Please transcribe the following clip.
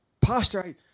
pastor